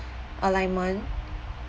alignment